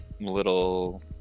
little